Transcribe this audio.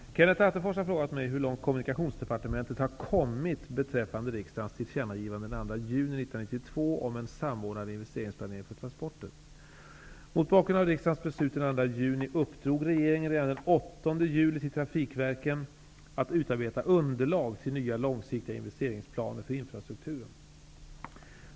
Herr talman! Kenneth Attefors har frågat mig hur långt Kommunikationsdepartementet har kommit beträffande riksdagens tillkännagivande den 2 juni Mot bakgrund av riksdagens beslut den 2 juni uppdrog regeringen redan den 8 juli till trafikverken att utarbeta underlag till nya långsiktiga investeringsplaner för infrastrukturen.